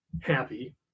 happy